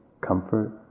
comfort